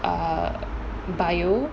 err biology